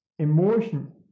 Emotion